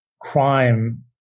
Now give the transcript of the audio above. crime